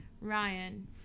Ryan